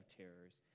terrors